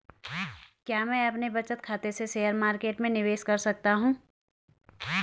क्या मैं अपने बचत खाते से शेयर मार्केट में निवेश कर सकता हूँ?